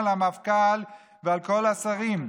על המפכ"ל ועל כל השרים.